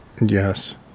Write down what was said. Yes